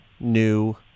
new